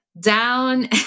down